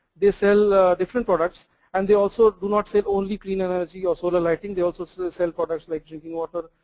they sell different products and they also do not sell only cleaners or solar lighting. they also sell sell products like drinking water